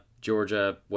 Georgia